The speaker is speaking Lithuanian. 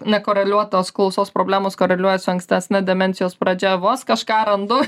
nekoreliuotos klausos problemos koreliuoja su ankstesne demencijos pradžia vos kažką randu